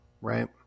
right